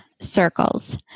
circles